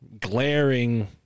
glaring